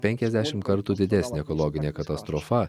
penkiasdešim kartų didesnė ekologinė katastrofa